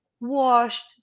washed